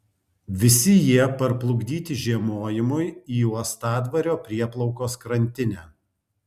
visi jie parplukdyti žiemojimui į uostadvario prieplaukos krantinę